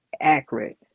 Accurate